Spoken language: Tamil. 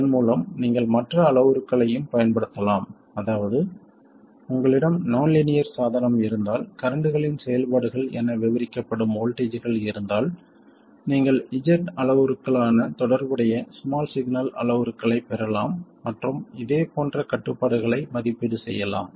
இதன் மூலம் நீங்கள் மற்ற அளவுருக்களையும் பயன்படுத்தலாம் அதாவது உங்களிடம் நான் லீனியர் சாதனம் இருந்தால் கரண்ட்களின் செயல்பாடுகள் என விவரிக்கப்படும் வோல்ட்டேஜ்கள் இருந்தால் நீங்கள் z அளவுருக்களான தொடர்புடைய ஸ்மால் சிக்னல் அளவுருக்களைப் பெறலாம் மற்றும் இதே போன்ற கட்டுப்பாடுகளை மதிப்பீடு செய்யலாம்